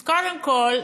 אז קודם כול,